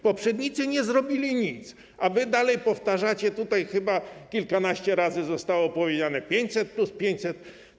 Poprzednicy nie zrobili nic, a wy dalej powtarzacie, tutaj chyba kilkanaście razy zostało powiedziane: 500+, 500+.